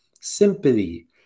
Sympathy